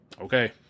okay